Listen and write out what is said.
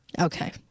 Okay